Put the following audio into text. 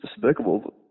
despicable